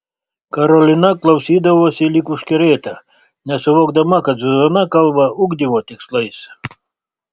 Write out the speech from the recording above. karolina klausydavosi lyg užkerėta nesuvokdama kad zuzana kalba ugdymo tikslais